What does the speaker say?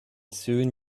soon